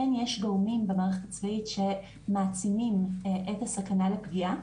יש גורמים במערכת הצבאית שמעצימים את הסכנה לפגיעה